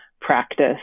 practice